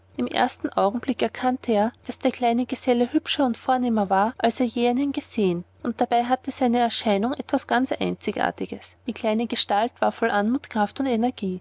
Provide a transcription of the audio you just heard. im ersten augenblick erkannte er daß der kleine geselle hübscher und vornehmer war als er je einen gesehen und dabei hatte seine erscheinung etwas ganz eigenartiges die kleine gestalt war voll anmut kraft und energie